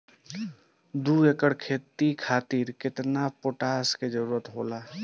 दु एकड़ खेती खातिर केतना पोटाश के जरूरी होला?